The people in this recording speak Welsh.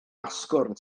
asgwrn